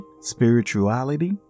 spirituality